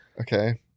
Okay